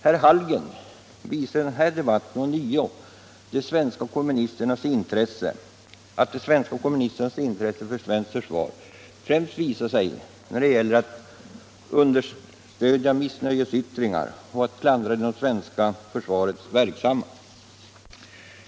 Herr Hallgren visar i denna debatt ånyo att de svenska kommunisternas intresse för det svenska försvaret främst kommer till uttryck när det gäller att understödja missnöjesyttringar och klandra dem som är verksamma inom det svenska försvaret.